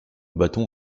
bâton